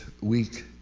week